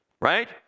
right